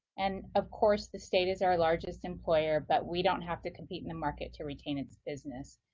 and of course, the state is our largest employer, but we don't have to compete in the market to retain its business.